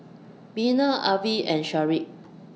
Bena Avie and Shedrick